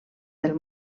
del